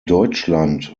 deutschland